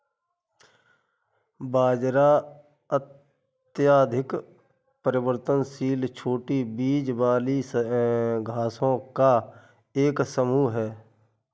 बाजरा अत्यधिक परिवर्तनशील छोटी बीज वाली घासों का एक समूह है